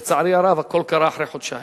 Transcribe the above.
לצערי הרב, הכול קרה אחרי חודשיים.